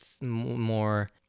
more